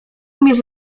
umiesz